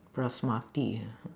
basmati ah